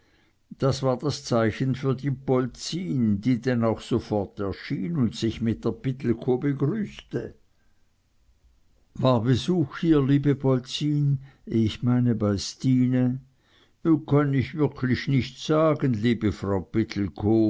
das war das zeichen für die polzin die denn auch sofort erschien und sich mit der pittelkow begrüßte war besuch hier liebe polzin ich meine bei stine kann ich wirklich nich sagen liebe frau